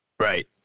Right